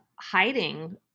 hiding